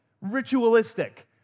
ritualistic